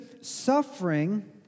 suffering